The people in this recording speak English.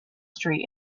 street